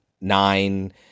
nine